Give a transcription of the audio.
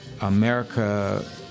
America